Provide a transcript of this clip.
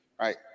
right